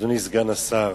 אדוני סגן השר,